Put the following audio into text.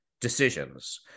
decisions